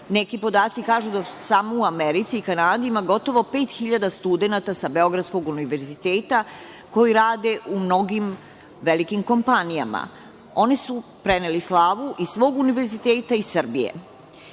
Neki podaci kažu da samo u Americi i Kanadi ima gotovo 5.000 studenata sa Beogradskog univerziteta koji rade u mnogim velikim kompanijama. Oni su preneli slavu iz svog univerziteta i